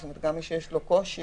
כלומר גם מי שיש לו קושי.